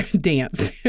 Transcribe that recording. dance